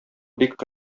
бик